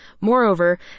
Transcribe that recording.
Moreover